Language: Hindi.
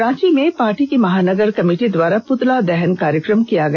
रांची में पार्टी की महानगर कमिटी द्वारा पृतला दहन कार्यक्रम किया गया